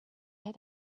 had